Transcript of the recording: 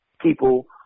people